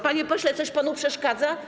Panie pośle, coś panu przeszkadza?